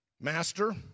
Master